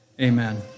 Amen